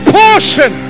portion